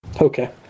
Okay